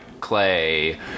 clay